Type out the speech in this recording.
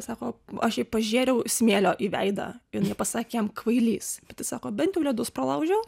sako aš jai pažėriau smėlio į veidą jinai pasakė jam kvailys bet tai sako bent jau ledus pralaužiau